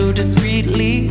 discreetly